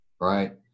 right